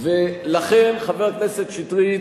לכן, חבר הכנסת שטרית,